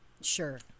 Sure